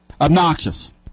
Obnoxious